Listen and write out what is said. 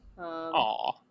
Aww